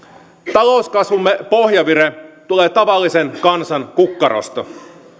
talouskasvumme pohjavire tulee tavallisen kansan kukkarosta